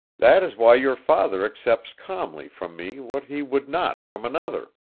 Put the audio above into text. that is why your father accepts calmly from me what he would not from another.